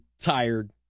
tired